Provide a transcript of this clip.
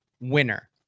winner